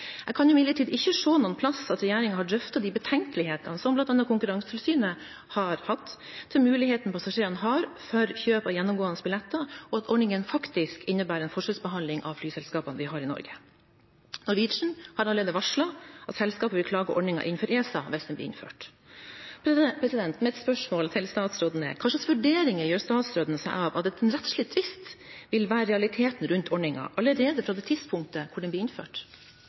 Jeg kan imidlertid ikke se noe sted at regjeringen har drøftet de betenkelighetene som bl.a. Konkurransetilsynet har hatt, med muligheten passasjerene har for kjøp av gjennomgående billetter, og at ordningen faktisk innebærer en forskjellsbehandling av flyselskapene vi har i Norge. Norwegian har allerede varslet at selskapet vil klage ordningen inn for ESA hvis den blir innført. Mitt spørsmål til statsråden er: Hvilke vurderinger gjør statsråden seg om at en rettslig tvist vil være realiteten rundt ordningen allerede fra det tidspunktet den blir innført?